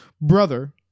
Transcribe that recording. brother